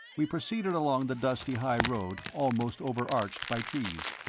we proceeded along the dusty high road, almost overarched by trees.